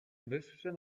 wyższe